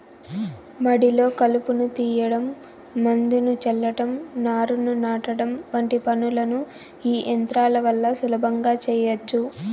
మడిలో కలుపును తీయడం, మందును చల్లటం, నారును నాటడం వంటి పనులను ఈ యంత్రాల వల్ల సులభంగా చేయచ్చు